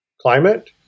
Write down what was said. climate